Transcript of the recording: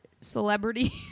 celebrity